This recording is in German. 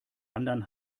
anderen